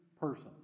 person